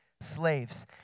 slaves